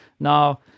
Now